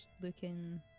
looking